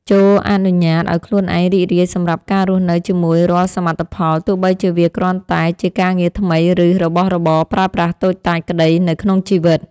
ចូរអនុញ្ញាតឱ្យខ្លួនឯងរីករាយសម្រាប់ការរស់នៅជាមួយរាល់សមិទ្ធផលទោះបីជាវាគ្រាន់តែជាការងារថ្មីឬរបស់របរប្រើប្រាស់តូចតាចក្តីនៅក្នុងជីវិត។